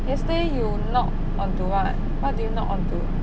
yesterday you knock onto what what did you knock onto